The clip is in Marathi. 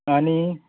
आणि